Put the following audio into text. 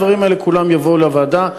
הדברים האלה כולם יבואו לוועדה,